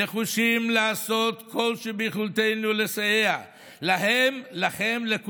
נחושים לעשות כל שביכולתנו לסייע להם, לכם, לכולם: